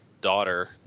daughter